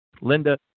Linda